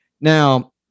Now